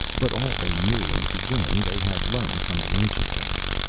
but all they knew in the beginning, they had learned from the ancient ones,